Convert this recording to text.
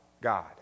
God